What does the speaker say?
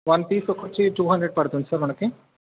one piece వచ్చి two hundred పడుతుంది sir మనకు